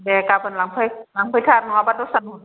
दे गाबोन लांफै लांफैथार नङाबा दस्रानो हरजोबगोन आं